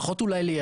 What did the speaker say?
אולי פחות לייצא?